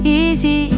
easy